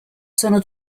sono